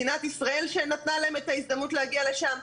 מדינת ישראל שנתנה להם את ההזדמנות להגיע לשם?